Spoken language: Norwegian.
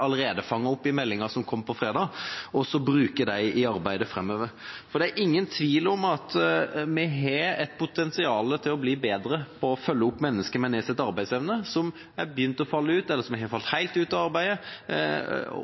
allerede er fanget opp i meldinga som kom på fredag, og bruke dem i arbeidet framover. Det er ingen tvil om at vi har et potensial for å bli bedre på å følge opp mennesker med nedsatt arbeidsevne som har begynt å falle ut av arbeidslivet eller som har falt